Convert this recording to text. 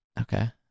Okay